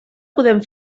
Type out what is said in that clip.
podem